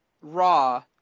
Raw